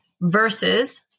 versus